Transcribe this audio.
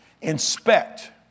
inspect